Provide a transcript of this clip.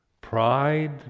pride